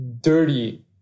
dirty